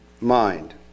mind